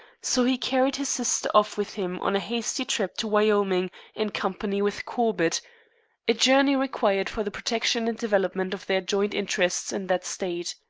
so he carried his sister off with him on a hasty trip to wyoming in company with corbett a journey required for the protection and development of their joint interests in that state.